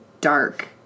dark